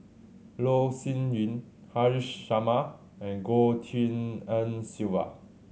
Loh Sin Yun Haresh Sharma and Goh Tshin En Sylvia